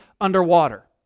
underwater